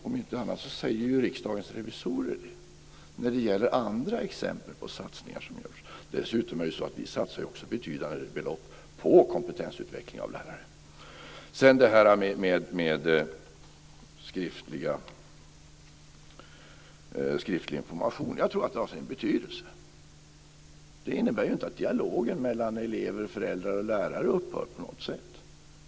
Om inte annat så säger Riksdagens revisorer det när det gäller andra exempel på satsningar som görs. Dessutom är det ju så att vi också satsar betydande belopp på kompetensutveckling av lärare. Jag tror att detta med skriftlig information har sin betydelse. Det innebär ju inte att dialogen mellan elever, föräldrar och lärare på något sätt upphör.